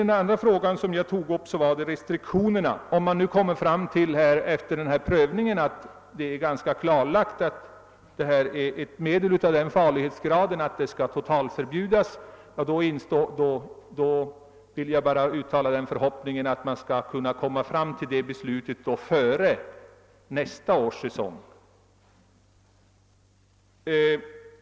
Den andra fråga som jag tog upp i min interpellation gällde restriktionerna. Om man efter en prövning kommer fram till att det här är fråga om ett medel av den farlighetsgraden att det skall förbjudas, vill jag bara uttala förhoppningen att beslut härom skall kunna fattas före nästa års säsong.